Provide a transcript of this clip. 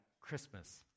Christmas